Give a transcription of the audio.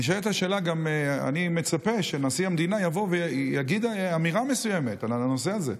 אני מצפה שנשיא המדינה יבוא ויגיד אמירה מסוימת בנושא הזה.